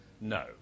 No